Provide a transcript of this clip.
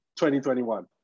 2021